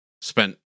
Spent